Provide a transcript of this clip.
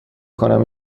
کنم